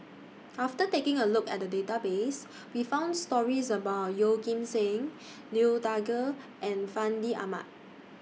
after taking A Look At The Database We found stories about Yeoh Ghim Seng Liu Thai Ker and Fandi Ahmad